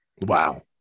Wow